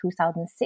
2006